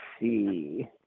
see